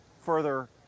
further